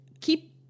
keep